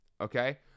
okay